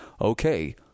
okay